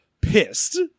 pissed